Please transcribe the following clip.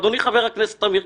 אדוני חבר הכנסת אמיר,